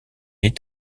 est